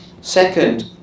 Second